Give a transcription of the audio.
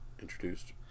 introduced